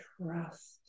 trust